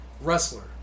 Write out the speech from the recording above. Wrestler